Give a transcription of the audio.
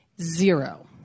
zero